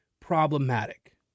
problematic